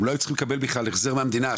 הם לא היו צריכים לקבל בכלל החזר מהמדינה.